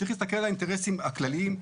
צריך להסתכל על האינטרסים הכלליים,